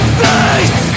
face